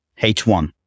H1